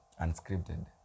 Unscripted